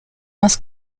más